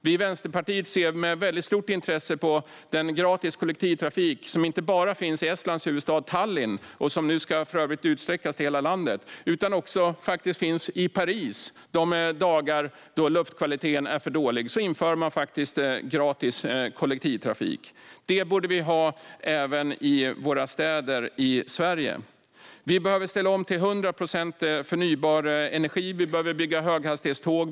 Vi i Vänsterpartiet ser med väldigt stort intresse på den gratis kollektivtrafik som inte bara finns i Estlands huvudstad Tallinn och som nu för övrigt ska utsträckas till hela landet utan också finns i Paris. De dagar då luftkvaliteten är för dålig inför man gratis kollektivtrafik. Det borde vi ha även i våra städer i Sverige. Vi behöver ställa om till 100 procent förnybar energi. Vi behöver bygga höghastighetståg.